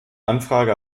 anfrage